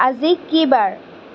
আজি কি বাৰ